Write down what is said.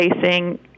facing